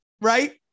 right